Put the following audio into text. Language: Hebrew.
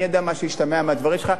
אני יודע מה שהשתמע מהדברים שלך.